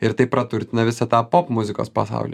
ir tai praturtina visą tą popmuzikos pasaulį